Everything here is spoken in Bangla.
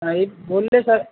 হ্যাঁ